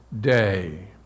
day